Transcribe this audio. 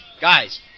guys